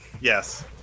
Yes